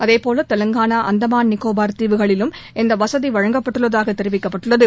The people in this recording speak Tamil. அதுபோல தெலங்கானா அந்தமான் நிக்கோபார் தீவுகளிலும் இந்த வசதி வழங்கப்பட்டுள்ளதாக தெரிவிக்கப்பட்டுள்ளது